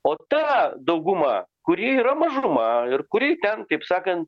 o ta dauguma kuri yra mažuma ir kuri ten taip sakan